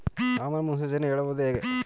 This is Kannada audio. ಹವಾಮಾನ ಮುನ್ಸೂಚನೆಯನ್ನು ಹೇಳುವುದು ಹೇಗೆ?